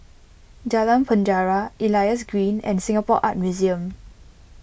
Jalan Penjara Elias Green and Singapore Art Museum